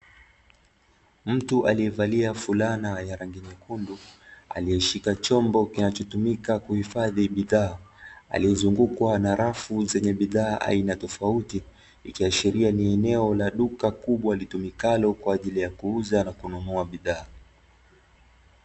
Mtu aliyevalia fulana ya rangi nyekundu aliye shika chombo kinachotumika kuhifadhi bidhaa, aliyezungukwa na rafu zenye bidhaa aina tofauti, ikiashiria ni eneo la duka kubwa litumikalo kwa ajili ya kuuza na kununua bidhaa.